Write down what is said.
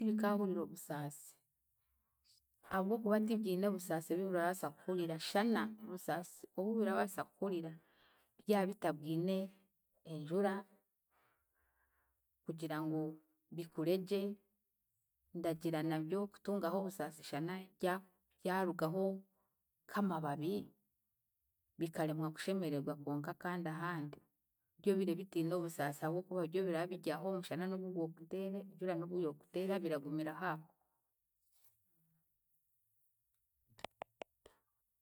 Tibikaahurira obusaasi, ahabw'okuba tibyine busaasi ebi birabaasa kuhurira shana obusaasi obu birabaasa kuhurira byabitabwine enjura, kugira ngu bikure gye, ndagira nabyo kutungaho obusaasi shana rya- ryarugaho nk'amababi, bikaremwa kushemeregwa konka kandi ahandi ryobiire bitiine busaasi ahabw'okuba ryo biraba biryaho omushana n'obu gwokuteera, enjura n'obu yookuteera biragumiraho aho.